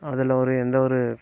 அதில் ஒரு எந்த ஒரு